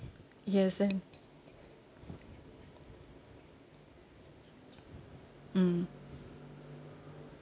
yes and mm